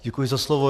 Děkuji za slovo.